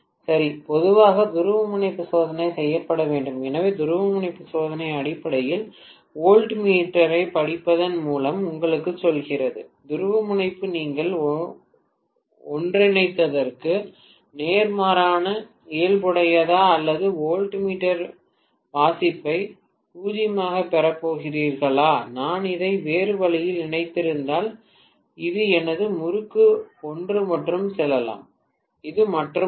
சரி பொதுவாக துருவமுனைப்பு சோதனை செய்யப்பட வேண்டும் எனவே துருவமுனைப்பு சோதனை அடிப்படையில் வோல்ட்மீட்டரைப் படிப்பதன் மூலம் உங்களுக்குச் சொல்கிறது துருவமுனைப்பு நீங்கள் ஒன்றிணைத்ததற்கு நேர்மாறான இயல்புடையதா அல்லது வோல்ட்மீட்டர் வாசிப்பை 0 ஆகப் பெறப் போகிறீர்களா நான் இதை வேறு வழியில் இணைத்திருந்தால் இது எனது முறுக்கு ஒன்று என்று சொல்லலாம் இது மற்ற முறுக்கு